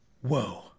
Whoa